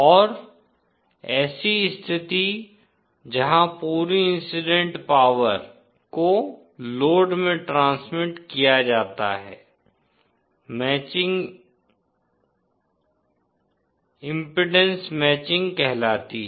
और ऐसी स्थिति जहां पूरी इंसिडेंट पॉवर को लोड में ट्रांसमिट किया जाता है मैचिंग इम्पीडेन्स मैचिंग कहलाती है